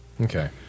okay